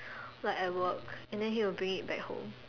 like at work and then he will bring it back home